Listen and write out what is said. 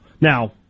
Now